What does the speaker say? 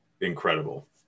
incredible